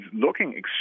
looking